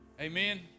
Amen